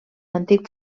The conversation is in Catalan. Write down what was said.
antic